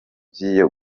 vyo